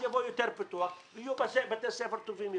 אז יהיה יותר פיתוח ויהיו בתי ספר טובים יותר.